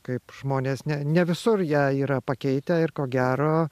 kaip žmonės ne ne visur ją yra pakeitę ir ko gero